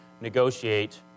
negotiate